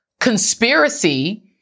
conspiracy